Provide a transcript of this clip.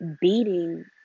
beating